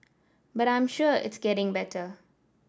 but I'm sure it's getting better